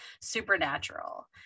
supernatural